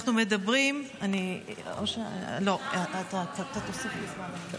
אנחנו מדברים, לא, אתה תוסיף לי זמן, אני מצטערת.